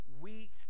wheat